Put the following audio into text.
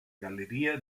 galería